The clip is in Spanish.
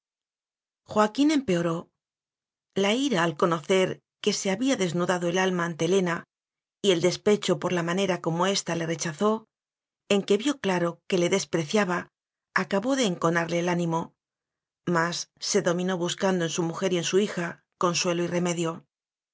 joaquín empeoró la ira al conocer que se había desnudado el alrna ante helena y el despecho por la manera como ésta le recha zó en que vió claro que le despreciaba acabó de enconarle el ánimo mas se dominó bus cando en su mujer y en su hija consuelo y remedio